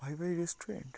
ভাই ভাই রেস্টুরেন্ট